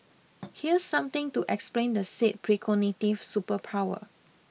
here's something to explain the said precognitive superpower